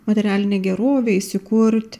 materialinę gerovę įsikurt